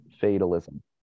fatalism